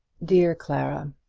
dear clara,